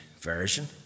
version